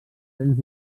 cens